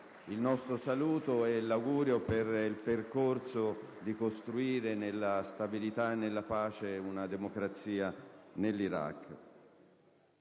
il nostro saluto e l'augurio per il percorso volto a costruire nella stabilità e nella pace una democrazia in Iraq.